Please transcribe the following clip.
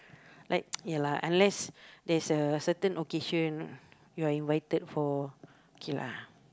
like ya lah unless there's a certain occasion you're invited for okay lah